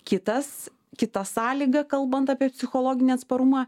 kitas kita sąlyga kalbant apie psichologinį atsparumą